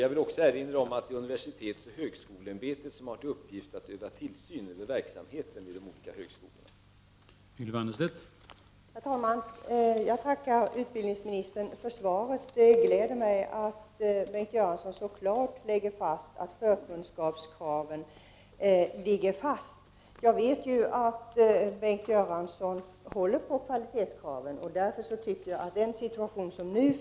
Jag vill även erinra om att det är universitetsoch högskoleämbetet som har till uppgift att utöva tillsyn över verksamheten vid högskoleenheterna.